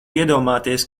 iedomāties